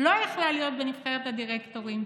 היא לא יכלה להיות בנבחרת הדירקטורים,